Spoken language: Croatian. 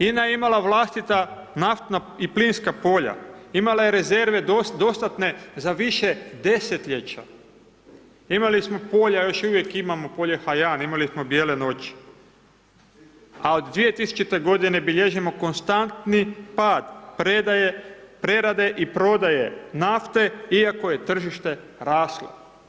INA je imala vlastita naftna i plinska polja, imala je rezerve dostatne za više desetljeća, imali smo polja, još uvijek imamo polje Hajan, imali smo bijele noći, a od 2000.g. bilježimo konstantni pad predaje, prerade i prodaje nafte iako je tržište raslo.